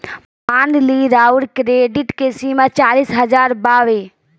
मान ली राउर क्रेडीट के सीमा चालीस हज़ार बावे